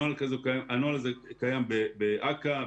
הנוהל הזה קיים באכ"א,